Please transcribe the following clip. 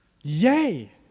Yay